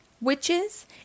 Witches